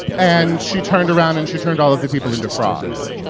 and she turned around, and she turned all of the people into frogs